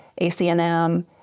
ACNM